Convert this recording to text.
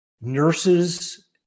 nurses